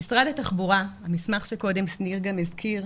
משרד התחבורה, המסמך שקודם שניר הזכיר,